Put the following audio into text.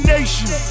Nation